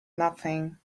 nothing